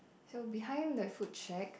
so behind the food shack